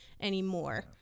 anymore